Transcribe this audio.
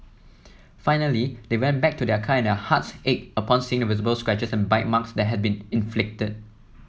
finally they went back to their car and their hearts ached upon seeing the visible scratches and bite marks that had been inflicted